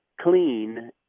clean